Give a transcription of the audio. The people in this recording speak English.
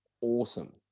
awesome